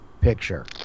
picture